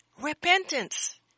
repentance